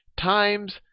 times